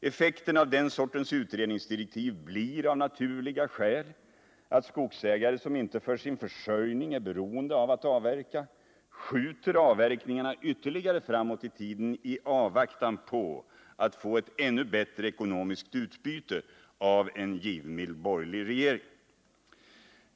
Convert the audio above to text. Effekten av den sortens utredningsdirektiv blir av naturliga skäl att skogsägare som inte för sin försörjning är beroende av att avverka skjuter avverkningarna ytterligare framåt i tiden i avvaktan på att få ett ännu bättre ekonomiskt utbyte av en givmild borgerlig regéring.